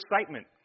excitement